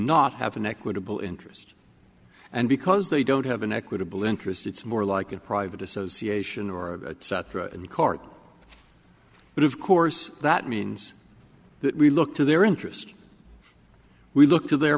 not have an equitable interest and because they don't have an equitable interest it's more like a private association or cetera in the cart but of course that means that we look to their interest we look to their